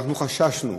ואנחנו חששנו,